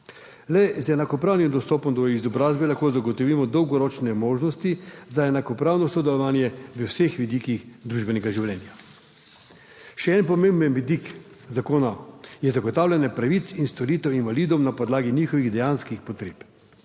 Le z enakopravnim dostopom do izobrazbe lahko zagotovimo dolgoročne možnosti za enakopravno sodelovanje v vseh vidikih družbenega življenja. Še en pomemben vidik zakona je zagotavljanje pravic in storitev invalidom na podlagi njihovih dejanskih potreb.